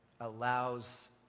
allows